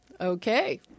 Okay